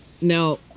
Now